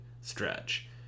stretch